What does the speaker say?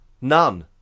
None